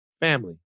Family